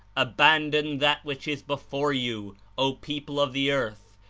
abandon that which is before you, o people of the earth,